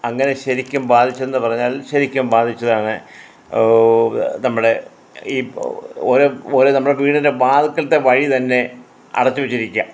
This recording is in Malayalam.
അങ്ങനെ ശരിക്കും ബാധിച്ചെന്ന് പറഞ്ഞാൽ ശരിക്കും ബാധിച്ചതാണ് ഓ നമ്മുടെ ഈ ഓരോ ഓരോ നമ്മുടെ വീടിൻ്റെ വാതിൽക്കൽത്തെ വഴി തന്നെ അടച്ചു വെച്ചിരിക്കുകയാണ്